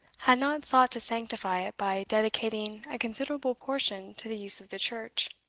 had not sought to sanctify it by dedicating a considerable portion to the use of the church.